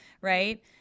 right